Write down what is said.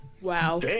Wow